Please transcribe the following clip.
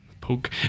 Poke